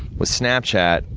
with snapchat,